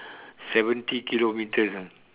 seventy kilometres ah